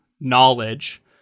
knowledge